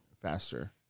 faster